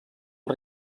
els